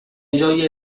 جای